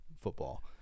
football